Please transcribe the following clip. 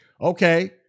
Okay